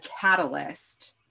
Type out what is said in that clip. catalyst